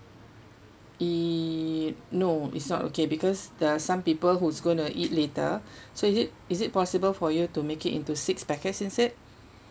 !ee! no it's not okay because there are some people who's gonna eat later so is it is it possible for you to make it into six packets instead